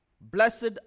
blessed